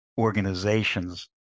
organizations